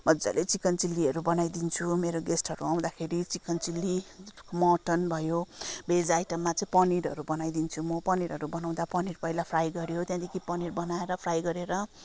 मज्जाले चिकन चिल्लीहरू बनाइदिन्छु मेरो गेस्टहरू आउँदाखेरि चिकन चिल्ली मटन भयो भेज आइटममा चाहिँ पनिरहरू बनाइदिन्छु म पनिरहरू बनाउँदा पनिर पहिला फ्राई गऱ्यो त्यहाँदेखि पनिर बनाएर फ्राई गरेर